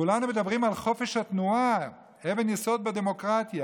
כולנו מדברים על חופש התנועה, אבן יסוד בדמוקרטיה.